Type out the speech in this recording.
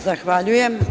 Zahvaljujem.